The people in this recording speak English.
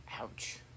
Ouch